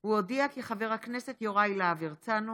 הוא הודיע כי חבר הכנסת יוראי להב הרצנו